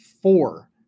Four